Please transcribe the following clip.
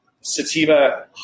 sativa